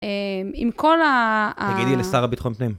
עם כל ה... תגידי לשר הביטחון פנים.